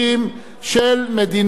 33 בעד, אין מתנגדים, אין נמנעים.